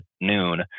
noon